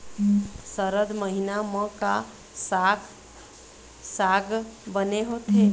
सरद महीना म का साक साग बने होथे?